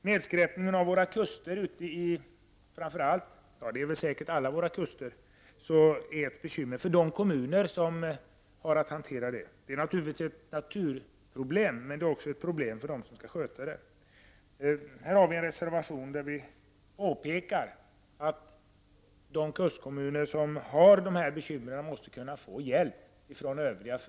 Nedskräpning av våra kuster är ett bekymmer för de kommuner som har att hantera problemen. Det är naturligtvis ett naturproblem men också ett problem för dem som skall sköta dessa områden. Här har vi en reservation där vi påpekar att de kustkommuner som har dessa bekymmer måste få hjälp från övriga.